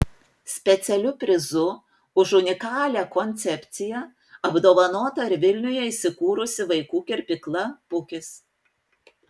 specialiu prizu už unikalią koncepciją apdovanota ir vilniuje įsikūrusi vaikų kirpykla pukis